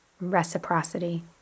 reciprocity